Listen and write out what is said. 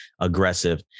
aggressive